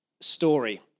story